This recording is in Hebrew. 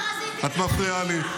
איפה הפרזיטים --- את מפריעה לי.